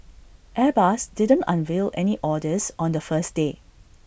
airbus didn't unveil any orders on the first day